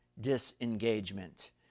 disengagement